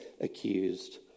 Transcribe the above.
accused